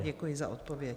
Děkuji za odpověď.